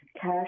cash